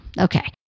Okay